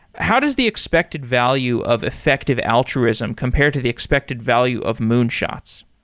how does the expected value of effective altruism compared to the expected value of moonshots?